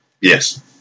Yes